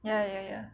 ya ya ya